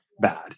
bad